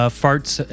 farts